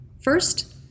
First